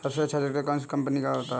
सबसे अच्छा ट्रैक्टर कौन सी कम्पनी का है?